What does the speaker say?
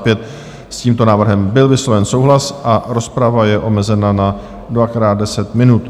S tímto návrhem byl vysloven souhlas a rozprava je omezena na dvakrát 10 minut.